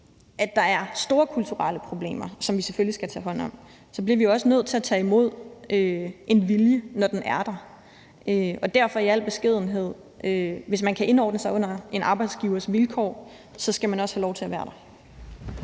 at der er store kulturelle problemer, som vi selvfølgelig skal tage hånd om, så bliver vi også nødt til at tage imod en vilje, når den er der. Og derfor vil jeg i al beskedenhed sige: Hvis man kan indordne sig under en arbejdsgivers vilkår, skal man også have lov til at være der.